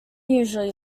usually